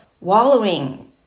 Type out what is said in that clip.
wallowing